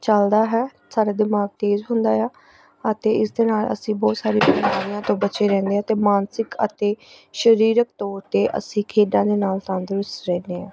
ਚੱਲਦਾ ਹੈ ਸਾਡਾ ਦਿਮਾਗ ਤੇਜ਼ ਹੁੰਦਾ ਆ ਅਤੇ ਇਸ ਦੇ ਨਾਲ ਅਸੀਂ ਬਹੁਤ ਸਾਰੀ ਬਿਮਾਰੀਆਂ ਤੋਂ ਬਚੇ ਰਹਿੰਦੇ ਹਾਂ ਅਤੇ ਮਾਨਸਿਕ ਅਤੇ ਸਰੀਰਕ ਤੌਰ 'ਤੇ ਅਸੀਂ ਖੇਡਾਂ ਦੇ ਨਾਲ ਤੰਦਰੁਸਤ ਰਹਿੰਦੇ ਹਾਂ